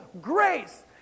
grace